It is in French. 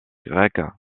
grecs